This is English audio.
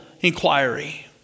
inquiry